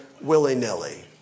willy-nilly